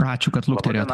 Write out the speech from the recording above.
ačiū kad lukterėjot